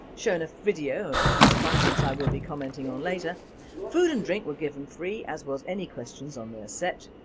shown a video of the peace conference i will be commenting on, food and drink were given free as was any questions on their sect.